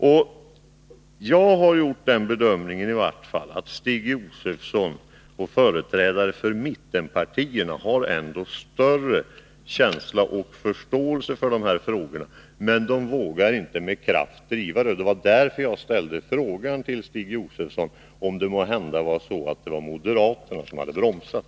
I vart fall har jag gjort den bedömningen att Stig Josefson och företrädare för mittenpartierna ändå har större känsla och förståelse för de här frågorna, men de vågar inte med kraft driva dem. Det var därför jag ställde frågan till Stig Josefson om det måhända var så att det var moderaterna som hade bromsat.